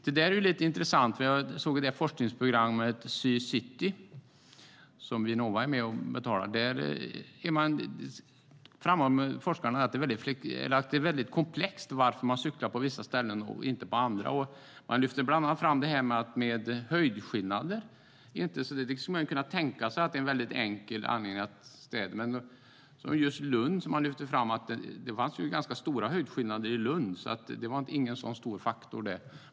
Det är intressant, för jag såg att forskarna i forskningsprogrammet Cycity, som Vinnova är med och betalar, framhåller att det är en komplex fråga varför man cyklar på vissa ställen och inte på andra. Man lyfter bland annat fram det här med höjdskillnader. Man skulle kunna tänka sig att det är en enkel anledning. Men i Lund, som man lyfter fram, finns det ganska stora höjdskillnader. Det är ingen stor faktor där.